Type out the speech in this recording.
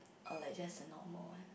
or like just a normal one